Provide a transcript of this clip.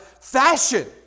fashion